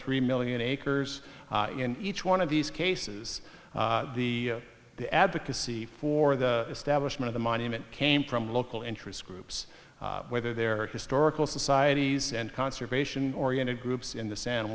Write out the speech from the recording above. three million acres in each one of these cases the the advocacy for the establishment the monument came from local interest groups whether there are historical societies and conservation oriented groups in the sand